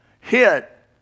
hit